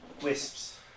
Wisps